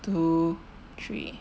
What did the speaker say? two three